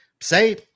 say